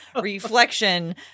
reflection